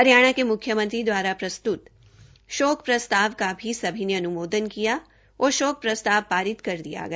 हरियणा के मुख्यमंत्री दवारा प्रस्तुत शोक प्रस्ताव का सभी ने अन्मोदन किया और शोक प्रस्ताव पारित कर दिया गया